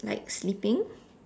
like sleeping